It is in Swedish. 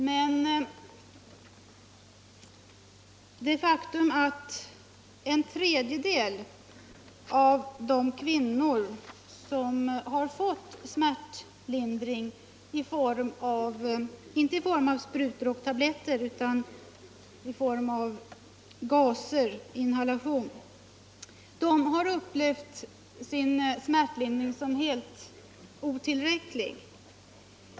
Men ett faktum är att en tredjedel av de kvinnor som har fått smärtlindring i form av gasinhalation har upplevt sin smärtlindring såsom helt otillräcklig.